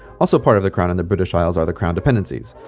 also part of the crown and the british isles are the crown dependencies.